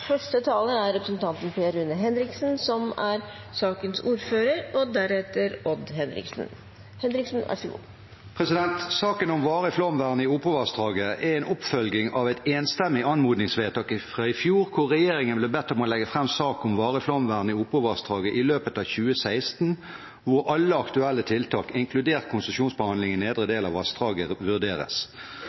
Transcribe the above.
Saken om varig flomvern i Opovassdraget er en oppfølging av et enstemmig anmodningsvedtak fra i fjor hvor regjeringen ble bedt om å legge fram sak om varig flomvern i Opovassdraget i løpet av 2016, hvor alle aktuelle tiltak, inkludert konsesjonsbehandling i nedre del av vassdraget, vurderes.